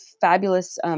fabulous